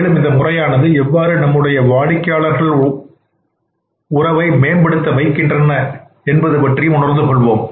மேலும் இந்த முறையானது எவ்வாறு நம்முடைய வாடிக்கையாளர் உறவை மேம்படுத்த வைக்கின்றது என்பது பற்றியும் உணர்ந்து கொள்வோம்